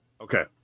Okay